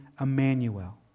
Emmanuel